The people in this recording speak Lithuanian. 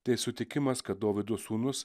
tai sutikimas kad dovydo sūnus